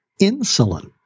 insulin